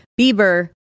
Bieber